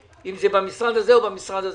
אם זה במשרד הזה או במשרד הזה,